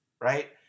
right